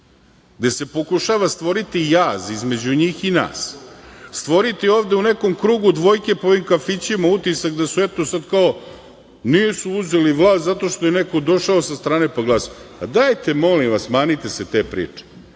gde se pokušava stvoriti jaz između njih i nas, stvoriti ovde u nekom krugu dvojke po ovim kafićima utisak da eto sad nisu uzeli vlast zato što je neko došao sa strane, pa glasao. Pa, dajte, molim vas, minite se te priče.